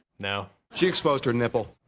no. she exposed her nipple.